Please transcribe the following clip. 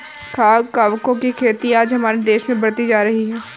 खाद्य कवकों की खेती आज हमारे देश में बढ़ती जा रही है